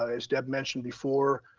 ah as deb mentioned before,